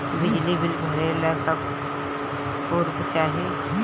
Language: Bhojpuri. बिजली बिल भरे ला का पुर्फ चाही?